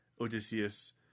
Odysseus